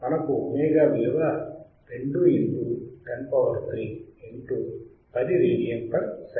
మనకు ఒమేగా విలువ 2103 into 10 radian per second